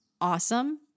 awesome